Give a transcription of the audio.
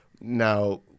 now